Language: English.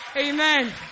Amen